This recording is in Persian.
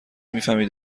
میفهمی